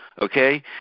okay